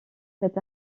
cet